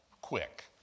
quick